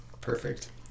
Perfect